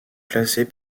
classée